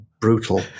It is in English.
brutal